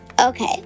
okay